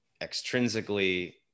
extrinsically